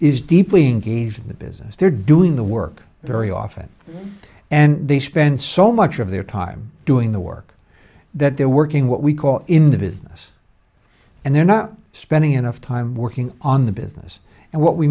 is deeply engaged in the business they're doing the work very often and they spend so much of their time doing the work that they're working what we call in the business and they're not spending enough time working on the business and what we